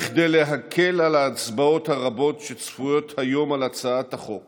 כדי להקל על ההצבעות הרבות שצפויות היום על הצעות החוק